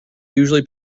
usually